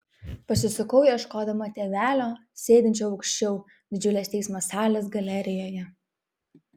pasisukau ieškodama tėvelio sėdinčio aukščiau didžiulės teismo salės galerijoje